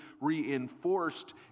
reinforced